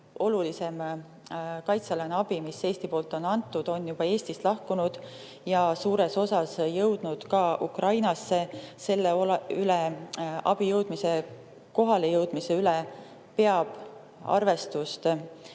olulisem, kaitsealane abi, mis Eesti on andnud, on juba Eestist lahkunud ja suures osas jõudnud ka Ukrainasse. Selle abi kohalejõudmise üle peavad arvestust